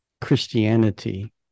christianity